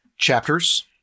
chapters